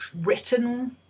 written